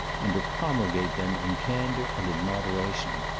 and to promulgate them in candour and in moderation.